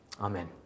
Amen